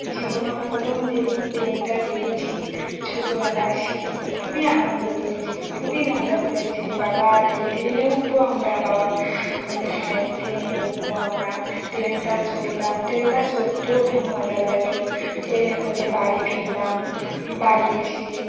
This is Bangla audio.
জীবনে প্রথম যেদিন ট্রেনটা দেখেছি ছোটোবেলায় সেদিন খুবই আনন্দ পেয়েছি খুবই মজা করেছি বাবা এই ট্রেনে উঠব আমরা বাবা বলল হ্যাঁ এই ট্রেনে উঠব আমরা ট্রেনটা চড়লাম ট্রেনটা চড়তেও খুব মজা লাগল ট্রেনে করে বাড়ি ফিরলাম বাড়ি এসে